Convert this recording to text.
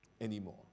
anymore